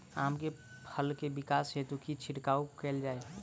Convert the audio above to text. आम केँ फल केँ विकास हेतु की छिड़काव कैल जाए?